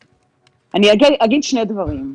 אגיד שני דברים.